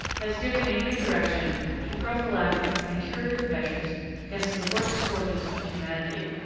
has given a new direction to prophylactic and curative measures against the worst scourges of humanity.